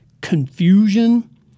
confusion